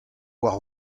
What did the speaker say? war